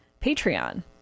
Patreon